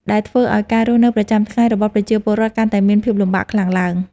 ដែលធ្វើឱ្យការរស់នៅប្រចាំថ្ងៃរបស់ប្រជាពលរដ្ឋកាន់តែមានភាពលំបាកខ្លាំងឡើង។